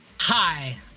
Hi